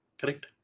Correct